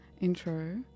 intro